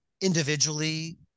individually